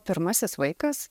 pirmasis vaikas